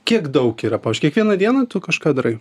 kiek daug yra kiekvieną dieną tu kažką darai